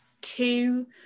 two